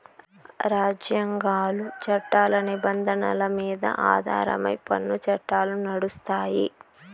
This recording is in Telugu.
రాజ్యాంగాలు, చట్టాల నిబంధనల మీద ఆధారమై పన్ను చట్టాలు నడుస్తాయి